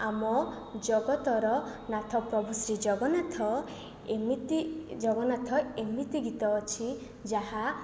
ଆମର ଜଗତର ନାଥ ପ୍ରଭୁ ଶ୍ରୀ ଜଗନ୍ନାଥ ଏମିତି ଜଗନ୍ନାଥ ଏମିତି ଗୀତ ଅଛି ଯାହା